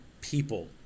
people